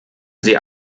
sie